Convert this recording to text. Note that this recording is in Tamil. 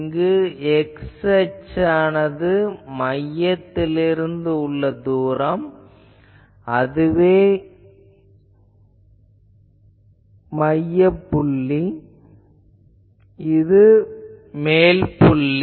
இங்கு x அச்சானது மையத்திலிருந்து உள்ள தூரம் அதாவது இதுவே மையப் புள்ளி இது மேல் புள்ளி